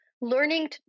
learning